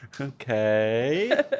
Okay